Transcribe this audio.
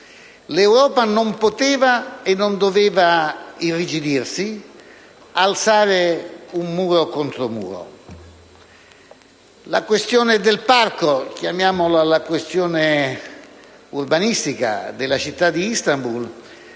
l'Europa non poteva e non doveva irrigidirsi ed alzare un muro contro muro. La questione del parco, chiamiamola la questione urbanistica della città di Istanbul,